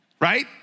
Right